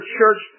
church